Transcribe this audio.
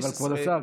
אבל כבוד השר,